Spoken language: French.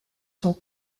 son